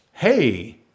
hey